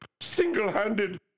single-handed